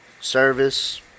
Service